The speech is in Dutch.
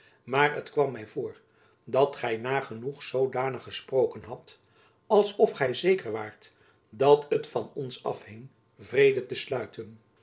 maar t kwam my voor dat gy nagenoeg zoodanig gesproken hadt als of gy zeker waart dat het van ons afhing vrede te sluiten